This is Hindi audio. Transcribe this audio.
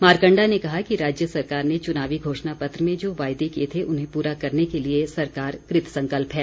मारकंडा ने कहा कि राज्य सरकार ने चुनावी घोषणा पत्र में जो वायदे किए थे उन्हें पूरा करने के लिए सरकार कृतसंकल्प है